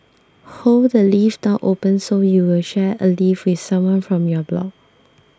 hold the lift door open so you'll share a lift with someone from your block